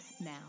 Now